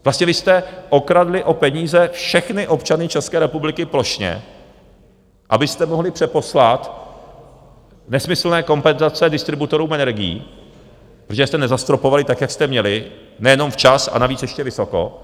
Vlastně vy jste okradli o peníze všechny občany České republiky plošně, abyste mohli přeposlat nesmyslné kompenzace distributorům energií, protože jste nezastropovali tak, jak jste měli, nejenom včas, a navíc ještě vysoko.